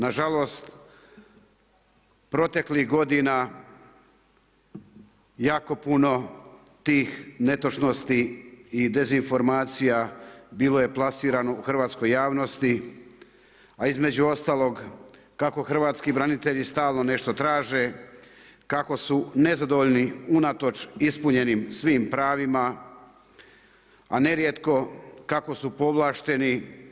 Nažalost, proteklih godina jako puno tih netočnosti i dezinformacija bilo je plasirano u hrvatskoj javnosti a između ostalog kako hrvatski branitelji stalno nešto traže, kako su nezadovoljni unatoč ispunjenim svim pravima a nerijetko kako su povlašteni.